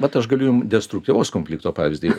bet aš galiu jum destruktyvaus konflikto pavyzdį